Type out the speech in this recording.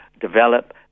develop